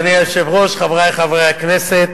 אדוני היושב-ראש, חברי חברי הכנסת,